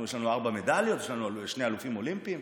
יש לנו ארבע מדליות, יש לנו שני אלופים אולימפיים.